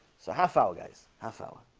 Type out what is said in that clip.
so half hour guys half hour